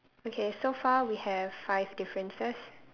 okay so far we have five differences